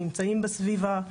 נמצאים בסביבה,